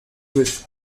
with